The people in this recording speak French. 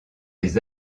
des